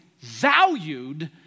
valued